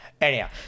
Anyhow